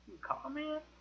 comment